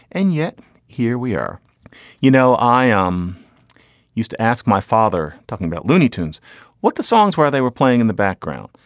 and yet here we are you know i ah um used to ask my father talking about looney tunes what the songs where they were playing in the background.